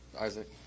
Isaac